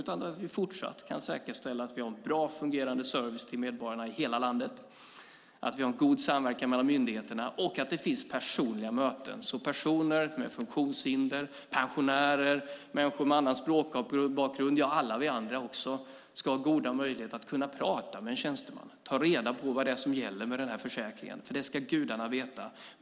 Kan vi fortsatt säkerställa att vi har en bra och fungerande service till medborgarna i hela landet, att vi har en god samverkan mellan myndigheterna och att det finns personliga möten, så att personer med funktionshinder, pensionärer, människor med annan språkbakgrund och alla vi andra har goda möjligheter att prata med en tjänsteman och ta reda på vad det är som gäller för den här försäkringen?